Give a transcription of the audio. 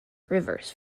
rivers